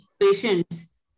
patients